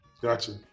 Gotcha